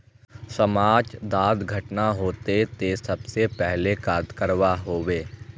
समाज डात घटना होते ते सबसे पहले का करवा होबे?